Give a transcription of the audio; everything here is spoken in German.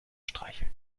streicheln